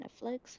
Netflix